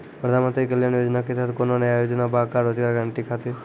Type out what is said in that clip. प्रधानमंत्री कल्याण योजना के तहत कोनो नया योजना बा का रोजगार गारंटी खातिर?